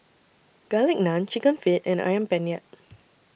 Garlic Naan Chicken Feet and Ayam Penyet